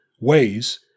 ways